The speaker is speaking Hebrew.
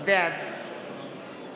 בעד